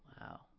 Wow